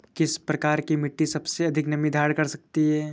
किस प्रकार की मिट्टी सबसे अधिक नमी धारण कर सकती है?